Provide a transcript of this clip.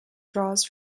draws